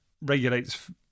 regulates